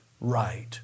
right